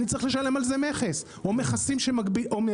אני צריך לשלם על זה מכס או מכסות שמגבילות?